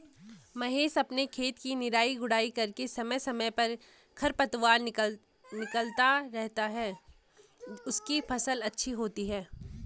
महेश अपने खेत की निराई गुड़ाई करके समय समय पर खरपतवार निकलता रहता है उसकी फसल अच्छी होती है